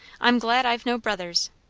i'm glad i've no brothers.